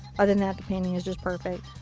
other than that the painting is just perfect.